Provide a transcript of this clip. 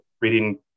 reading